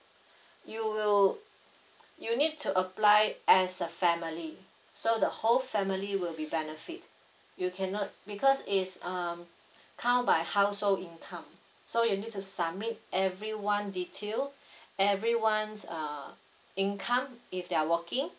you will you need to apply as a family so the whole family will be benefit you cannot because is um count by household income so you need to submit everyone detail everyone's uh income if they are working